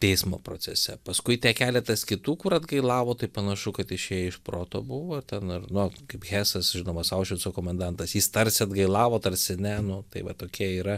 teismo procese paskui tie keletas kitų kur atgailavo tai panašu kad išėję iš proto buvo ten ar nu kaip hesas žinomas aušvico komendantas jis tarsi atgailavo tarsi ne nu tai va tokie yra